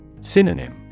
Synonym